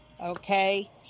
okay